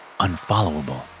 unfollowable